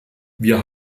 wir